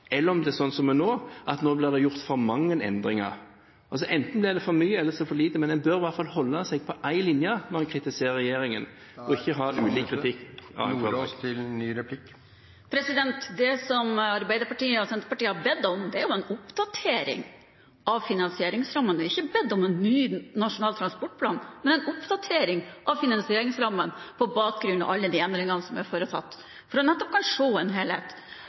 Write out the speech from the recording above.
eller om det er sånn som nå – at det blir gjort for mange endringer. Altså: Enten blir det «for mye» eller så er det «for lite», men en bør i hvert fall holde seg til én linje når en kritiserer regjeringen, og ikke ha … Det som Arbeiderpartiet og Senterpartiet har bedt om, er jo en oppdatering av finansieringsrammene. Vi har ikke bedt om en ny nasjonal transportplan, men en oppdatering av finansieringsrammene på bakgrunn av alle de endringene som er foretatt, for nettopp å kunne se en helhet.